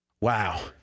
Wow